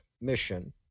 mission